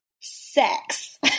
sex